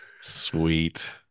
sweet